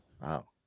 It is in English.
Wow